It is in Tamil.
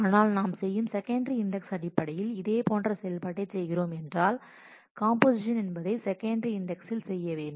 ஆனால் நாம் செய்யும் செகண்டரி இண்டெக்ஸ் அடிப்படையில் இதேபோன்ற செயல்பாட்டைச் செய்கிறோம் என்றால் காம்போசிஷன் என்பதை செகண்டரி இண்டெக்ஸ்சில் செய்ய வேண்டும்